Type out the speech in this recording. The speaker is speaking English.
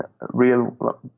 real